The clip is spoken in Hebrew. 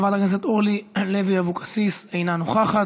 חברת הכנסת אורלי לוי אבקסיס, אינה נוכחת.